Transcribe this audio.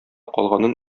калганын